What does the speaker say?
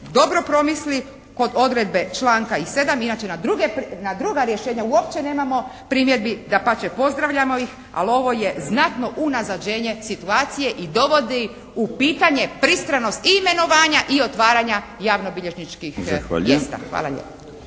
dobro promisli kod odredbe članka 7. inače na druga rješenja uopće nemamo primjedbi, dapače pozdravljamo ih, ali ovo je znatno unazađenje situacije i dovodi u pitanje pristranost i imenovanja i otvaranja javnobilježničkih mjesta. Hvala lijepa.